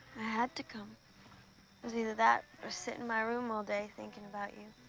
i had to come. it was either that, or sit in my room all day thinking about you.